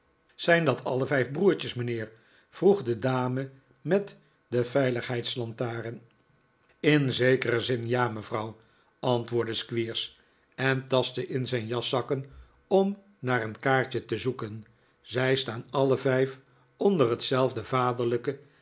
zijn dat alle vijf broertjes mijnheer vroeg de dame met de veiligheidslantaren in zekeren zin ja mevrouw antwoordde squeers en tastte in zijn jaszakken om naar een kaartje te zoeken zij staan alle vijf onder hetzelfde